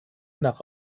nach